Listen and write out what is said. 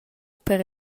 per